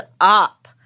up